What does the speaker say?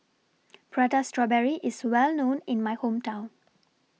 Prata Strawberry IS Well known in My Hometown